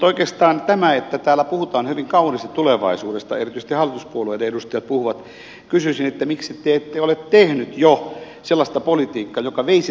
mutta oikeastaan kun täällä puhutaan hyvin kauniisti tulevaisuudesta erityisesti hallituspuolueiden edustajat puhuvat kysyisin miksi te ette ole jo tehneet sellaista politiikkaa joka veisi tuohon suuntaan